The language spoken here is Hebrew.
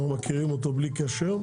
אנחנו מכירים אותו בלי קשר.